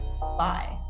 Bye